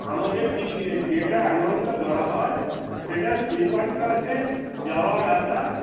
আমাদের টি যেটা অ্যামাউন্টটা ধরা হয় সেটা স্লিপার ক্লাসে যাওয়া আর আসা